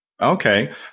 Okay